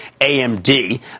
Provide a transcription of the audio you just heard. AMD